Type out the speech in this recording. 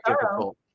difficult